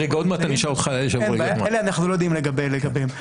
אנחנו לא יודעים לגביהם.